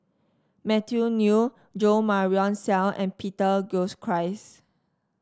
Matthew Ngui Jo Marion Seow and Peter Gilchrist